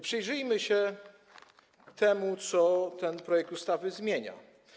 Przyjrzyjmy się temu, co ten projekt ustawy zmienia.